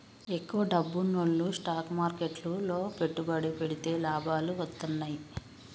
ఎక్కువ డబ్బున్నోల్లు స్టాక్ మార్కెట్లు లో పెట్టుబడి పెడితే లాభాలు వత్తన్నయ్యి